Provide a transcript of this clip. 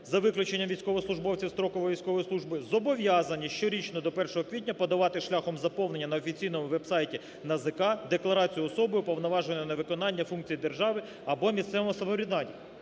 за виключенням військовослужбовців строкової військової служби, зобов'язані щорічно до 1 квітня подавати шляхом заповнення на офіційному веб-сайті НАЗК декларацію особи, уповноваженої на виконання функцій держави або місцевого самоврядування,